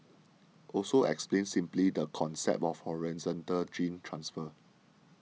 also explained simply the concept of horizontal gene transfer